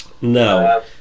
No